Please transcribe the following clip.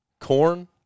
corn